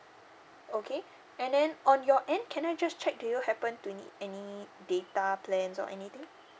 okay and then on your end can I just check do you happen to need any data plans or anything